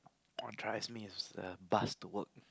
what drives me is the bus to work